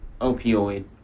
opioid